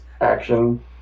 action